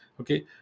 Okay